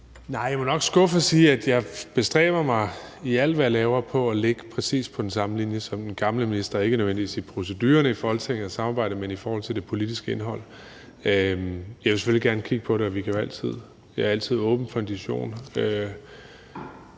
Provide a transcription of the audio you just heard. jeg må nok skuffe og sige, at jeg bestræber mig i alt, hvad jeg laver, på at ligge præcis på den samme linje som den tidligere minister – ikke nødvendigvis i forhold til procedurerne og samarbejdet i Folketinget, men i forhold til det politiske indhold. Jeg vil selvfølgelig gerne kigge på det, og jeg er altid åben for en diskussion.